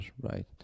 right